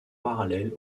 parallèle